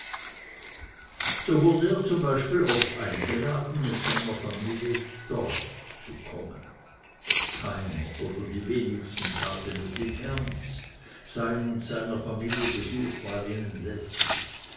so wurde er zum beispiel oft eingeladen mit seiner familie z'dorf zu kommen keiner oder die wenigsten taten es im ernst sein und seiner familie besuch war ihnen lästig